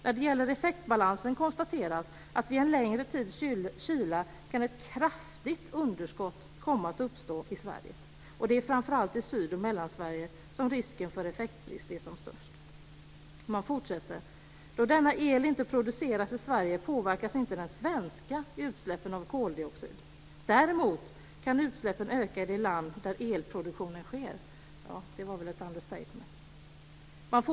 När det gäller effektbalansen konstateras att vid en längre tids kyla kan ett kraftigt effektunderskott uppstå i Sverige. Det är framför allt i Syd och Mellansverige som risken för effektbrist är som störst." Vidare står det: "Då denna el inte produceras i Sverige påverkas inte de svenska utsläppen av koldioxid. Däremot kan utsläppen öka i det land där elproduktionen sker." Det var väl ett understatement.